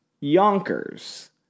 Yonkers